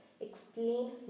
Explain